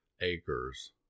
acres